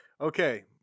Okay